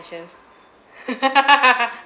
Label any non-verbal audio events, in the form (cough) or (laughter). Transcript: (laughs)